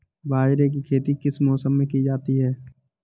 बाजरे की खेती किस मौसम में की जाती है?